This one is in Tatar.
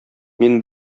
мин